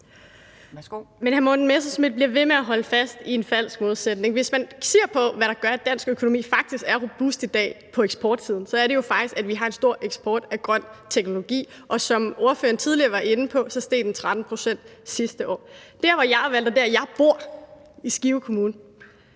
Men hr. Morten Messerschmidt bliver ved med at holde fast i en falsk modsætning. Hvis man ser på, hvad det er, der gør, at dansk økonomi faktisk er robust i dag på eksportsiden, så er det jo, at vi har en stor eksport af grøn teknologi. Og som ordføreren tidligere var inde på, steg den med 13 pct. sidste år. Der, hvor jeg er valgt, og hvor jeg bor, nemlig i Skive Kommune,